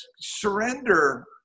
surrender